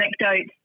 anecdote